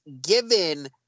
given